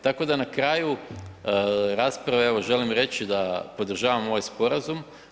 Tako da, na kraju rasprave evo želim reći da podržavam ovaj sporazum.